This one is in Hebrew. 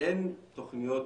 אין תוכניות